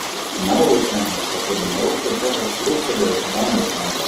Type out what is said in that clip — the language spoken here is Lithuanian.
narvui slenkant pro pirmąjį aukštą džekas trūktelėjo žmoną į kampą